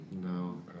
No